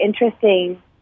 interesting